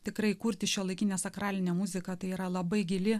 tikrai kurti šiuolaikinę sakralinę muziką tai yra labai gili